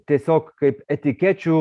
tiesiog kaip etikečių